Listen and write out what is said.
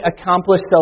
accomplished